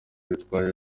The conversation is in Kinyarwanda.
bitwaje